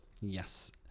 yes